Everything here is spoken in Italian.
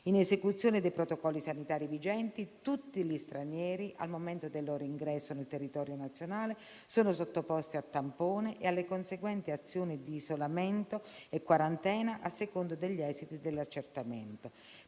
In esecuzione dei protocolli sanitari vigenti, tutti gli stranieri, al momento del loro ingresso nel territorio nazionale, sono sottoposti a tampone e alle conseguenti azioni di isolamento e quarantena a seconda degli esiti dell'accertamento.